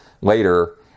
later